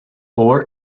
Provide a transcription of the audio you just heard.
orr